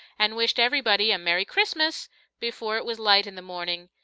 and wished everybody a merry christmas before it was light in the morning,